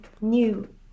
new